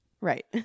Right